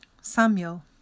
Samuel